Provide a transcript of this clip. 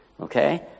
Okay